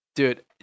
Dude